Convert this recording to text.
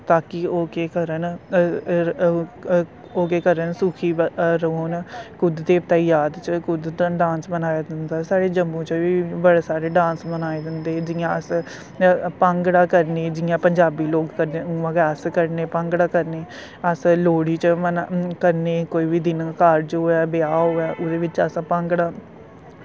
ताकि ओह् केह् करन ओह् केह् करन सिक्खी रौंह्न कुड्ड देवता दी जाद च कुड्ड डांस बनाया जंदा ऐ साढ़े जम्मू च बी बड़े सारे डांस बनाए जंदे जियां अस भांगड़ा करने जियां पंजाबी लोग करदे उ'आं गै अस करने भांगड़ा करने अस लोह्ड़ी च करनें कोई बी दिन कारज होऐ ब्याह् होऐ उह्दे बिच्च अस भंगड़ा